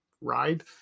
ride